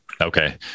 Okay